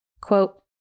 Quote